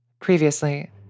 Previously